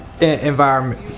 environment